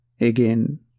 Again